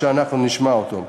שאנחנו נשמע אותו.